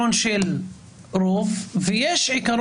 לנהל את הדיון הזה על רפורמה משפטית ועל חוקי יסוד ואומר